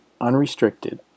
unrestricted